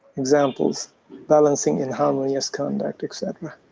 examples balancing in harmonious conduct etc.